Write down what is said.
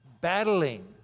battling